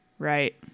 Right